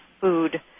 food